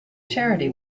charity